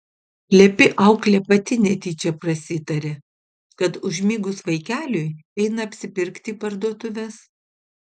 plepi auklė pati netyčia prasitarė kad užmigus vaikeliui eina apsipirkti į parduotuves